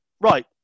right